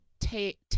take